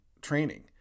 training